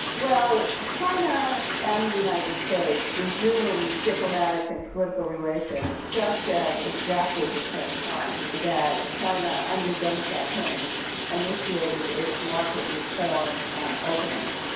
well china and the united states resumed diplomatic and political relations just at exactly the same time that china under deng xiao ping initiated its market reform and opening,